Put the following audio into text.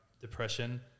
depression